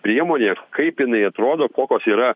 priemonė kaip jinai atrodo kokios yra